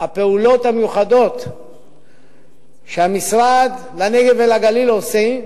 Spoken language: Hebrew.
הפעולות המיוחדות שהמשרד לנגב ולגליל עושה,